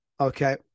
Okay